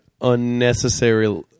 unnecessary